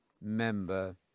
member